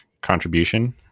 contribution